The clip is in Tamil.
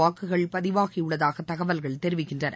வாக்குகள் பதிவாகியுள்ளதாக தகவல்கள் தெரிவிக்கின்றன